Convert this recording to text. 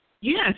Yes